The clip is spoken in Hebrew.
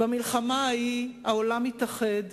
במלחמה ההיא העולם התאחד,